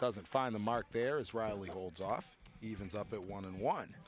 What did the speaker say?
doesn't find the mark there is riley holds off evens up at one and one